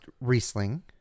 Riesling